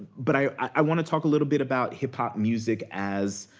but i i wanna talk a little bit about hip-hop music as,